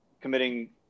committing